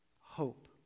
hope